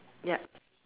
yup